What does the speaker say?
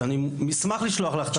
שאני אשמח לשלוח לך את